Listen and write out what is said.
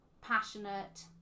passionate